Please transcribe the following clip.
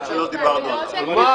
שלא דיברנו עליו.